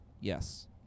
Yes